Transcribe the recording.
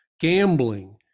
Gambling